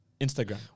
Instagram